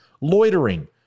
Loitering